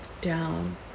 down